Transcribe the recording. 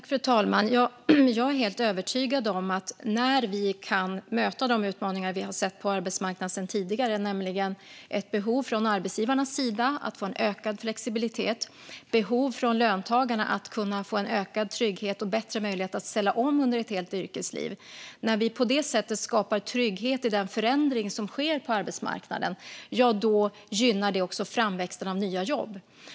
Fru talman! Jag är helt övertygad om att vi kan möta de utmaningar som vi har sett på arbetsmarknaden sedan tidigare, nämligen ett behov från arbetsgivarnas sida att få en ökad flexibilitet och ett behov från löntagarnas sida att kunna få en ökad trygghet och bättre möjlighet att ställa om under ett helt yrkesliv. När vi på det sättet skapar trygghet i den förändring som sker på arbetsmarknaden gynnar det också framväxten av nya jobb.